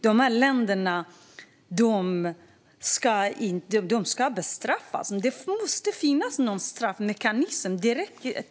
De här länderna ska bestraffas. Det måste finnas någon straffmekanism.